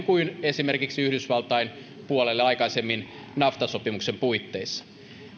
kuin esimerkiksi yhdysvaltain puolelle aikaisemmin nafta sopimuksen puitteissa